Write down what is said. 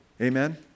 Amen